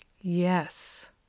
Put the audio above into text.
Yes